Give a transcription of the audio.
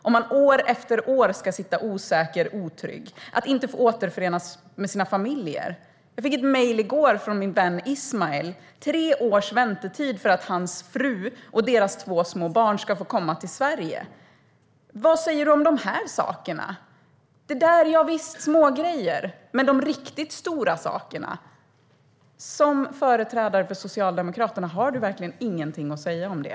De får år efter år sitta osäkra och otrygga, och de får inte återförenas med sina familjer. Jag fick i går ett mejl från min vän Ismael. Det är tre års väntetid för att hans fru och deras två små barn ska få komma till Sverige. Vad säger du om de sakerna? Du talar om smågrejer. Men hur är det med de riktigt stora sakerna? Har du som företrädare för Socialdemokraterna ingenting att säga om det?